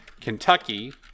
Kentucky